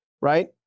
right